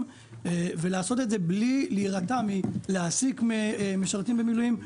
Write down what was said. ולעשות את זה בלי להירתע מהעסקת משרתים במילואים.